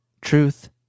truth